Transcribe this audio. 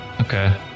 okay